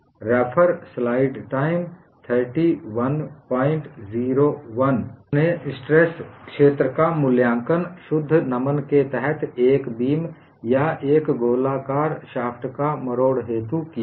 आपने स्ट्रेस क्षेत्र का मूल्यांकन शुद्ध नमन के तहत एक बीम या एक गोलाकार शाफ्ट का मरोड़ हेतू किया है